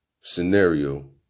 scenario